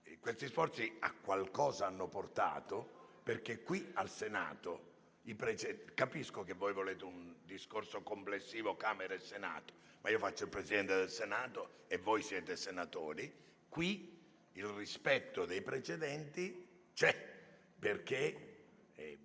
degli sforzi che a qualcosa hanno portato qui al Senato. Capisco che voi vorreste un discorso complessivo che coinvolga Camera e Senato, ma io faccio il Presidente del Senato e voi siete senatori. Qui il rispetto dei precedenti c'è, perché